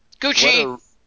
Gucci